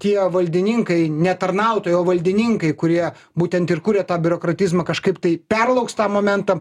tie valdininkai ne tarnautojai o valdininkai kurie būtent ir kuria tą biurokratizmą kažkaip tai perlauks tą momentą